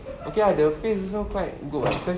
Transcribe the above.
okay ah the place also quite good ah because